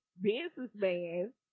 businessman